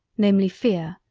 namely fear,